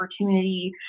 opportunity